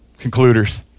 concluders